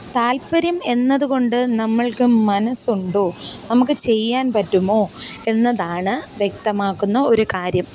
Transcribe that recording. താല്പ്പര്യം എന്നത് കൊണ്ട് നമ്മള്ക്ക് മനസ്സുണ്ടോ നമുക്ക് ചെയ്യാന് പറ്റുമോ എന്നതാണ് വ്യക്തമാക്കുന്ന ഒരു കാര്യം